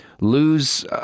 lose